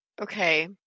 Okay